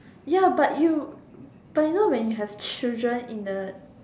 ya but you but you know when you have children in the